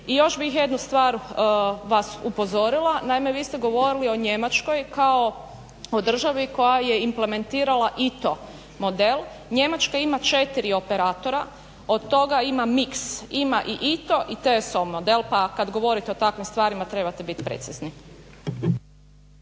I još bih jednu stvar vas upozorila, naime vi ste govorili o Njemačkoj kao o državi koja je implementirala ITO model. Njemačka ima četiri operatora, od toga ima mix, ima i ITO i TSO model pa kad govorite o takvim stvarima trebate biti precizni.